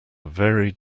very